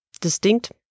distinct